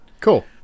Cool